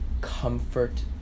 comfort